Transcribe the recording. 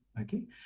Okay